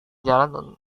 jalan